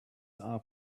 are